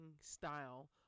style